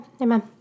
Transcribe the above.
Amen